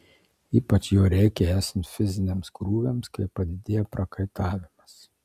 ypač jo reikia esant fiziniams krūviams kai padidėja prakaitavimas